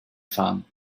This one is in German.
fahren